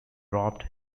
robbed